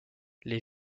les